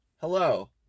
Hello